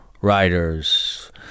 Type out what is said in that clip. writers